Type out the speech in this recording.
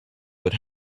what